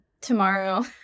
tomorrow